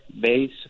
base